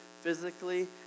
physically